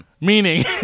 meaning